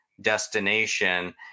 destination